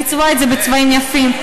לצבוע את זה בצבעים יפים.